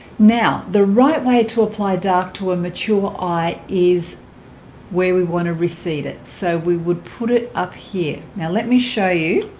now the right way to apply dark to a mature eye is where we want to recede it so we would put it up here now let me show you